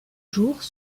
jours